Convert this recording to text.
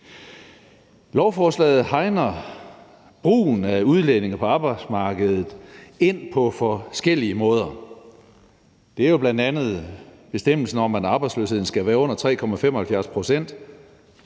Lovforslaget hegner brugen af udlændinge på arbejdsmarkedet ind på forskellige måder. Det er jo bl.a. bestemmelsen om, at arbejdsløsheden skal være under 3,75 pct.,